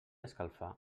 escalfar